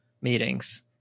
meetings